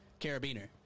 carabiner